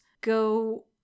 go